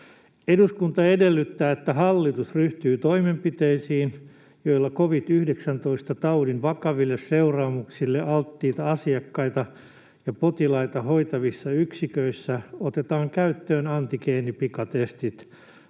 ”Eduskunta edellyttää, että hallitus ryhtyy toimenpiteisiin, joilla covid-19- taudin vakaville seuraamuksille alttiita asiakkaita ja potilaita hoitavissa yksiköissä otetaan käyttöön antigeenipikatestit